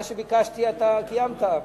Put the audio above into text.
מה שביקשתי אתה קיימת,